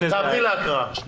תעברי להקראה.